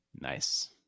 Nice